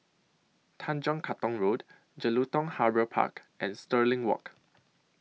Tanjong Katong Road Jelutung Harbour Park and Stirling Walk